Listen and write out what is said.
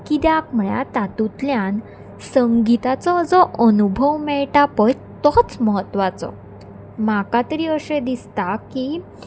कित्याक म्हळ्यार तातूंतल्यान संगिताचो जो अनुभव मेळटा पळय तोच म्हत्वाचो म्हाका तरी अशें दिसता की